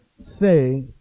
say